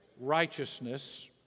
Righteousness